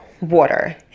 water